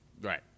Right